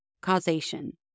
causation